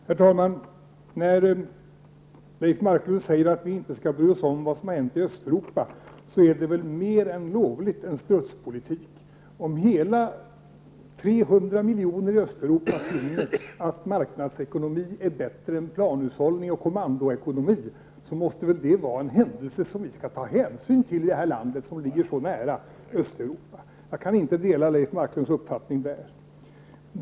Herr talman! När Leif Marklund säger att vi inte skall bry oss om vad som har hänt i Östeuropa är det väl mer än en strutspolitik. Om hela 300 miljoner i Östeuropa finner att marknadsekonomi är bättre än planhushållning eller kommandoekonomi, måste det vara en händelse som vi skall ta hänsyn till i det här landet som ligger så nära Östeuropa. Jag kan inte dela Leif Marklunds uppfattning i detta fall.